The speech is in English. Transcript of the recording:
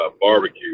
barbecue